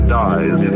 dies